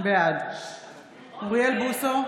בעד אוריאל בוסו,